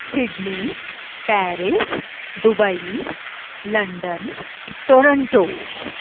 Sydney Paris Dubai London Toronto